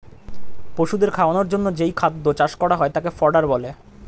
পশুদের খাওয়ানোর জন্যে যেই খাদ্য চাষ করা হয় তাকে ফডার বলে